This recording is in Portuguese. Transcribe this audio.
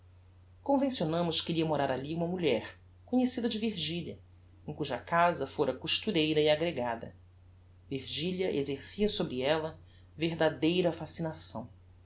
que iria morar alli uma mulher conhecida de virgilia em cuja casa fora costureira e aggregada virgilia exercia sobre ella verdadeira fascinação